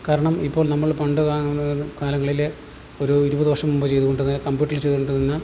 കാരണം ഇപ്പോൾ നമ്മൾ പണ്ട് കാലങ്ങളിലെ ഒരു ഇരുപത് വർഷം മുമ്പ് ചെയ്തുകൊണ്ടിരുന്ന കമ്പ്യൂട്ടറിൽ ചെയ്തുകൊണ്ടിരുന്ന